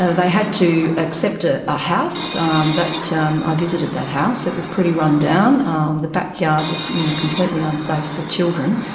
ah they had to accept a ah house um that, i um ah visited that house, it was pretty run-down. um the backyard was you know completely unsafe for children.